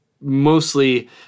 mostly